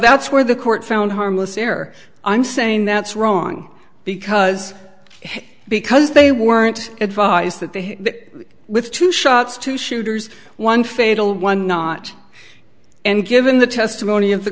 that's where the court found harmless error i'm saying that's wrong because because they weren't advised that they with two shots two shooters one fatal one not and given the testimony